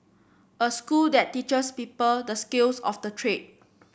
a school that teachers people the skills of the trade